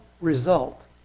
result